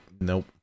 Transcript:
nope